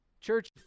Church